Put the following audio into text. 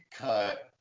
cut